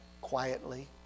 quietly